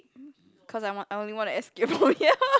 cause I want I only want to escape from here